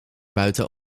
buiten